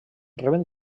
reben